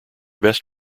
best